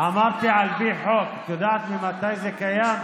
אמרתי על פי חוק, את יודעת ממתי זה קיים?